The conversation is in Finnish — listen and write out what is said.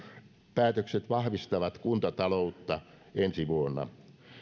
päätökset vahvistavat kuntataloutta ensi vuonna